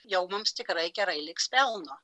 jau mums tikrai gerai liks pelno